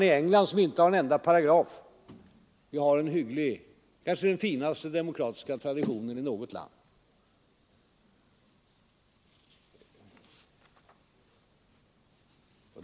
I England, som inte har en enda paragraf där det stadgas om motsvarande rättigheter, har man däremot en hygglig parlamentarisk tradition, kanske den finaste parlamentariska traditionen i något land.